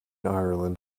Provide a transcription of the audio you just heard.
ireland